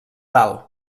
dalt